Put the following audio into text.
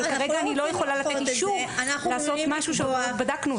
אבל אני כרגע לא יכולה לתת אישור לעשות משהו שלא בדקנו אותו.